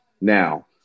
Now